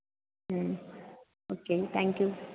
ம் okay thank you